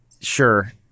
sure